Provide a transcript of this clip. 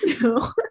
No